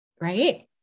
right